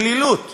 הקלילות